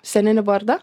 sceninį vardą